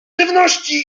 żywności